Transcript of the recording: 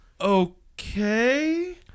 okay